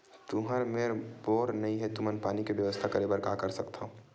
तुहर मेर बोर नइ हे तुमन पानी के बेवस्था करेबर का कर सकथव?